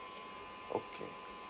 okay